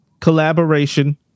Collaboration